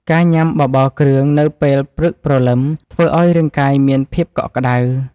ការញ៉ាំបបរគ្រឿងនៅពេលព្រឹកព្រលឹម ធ្វើឱ្យរាងកាយមានភាពកក់ក្តៅ។